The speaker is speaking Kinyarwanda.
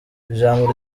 ijambo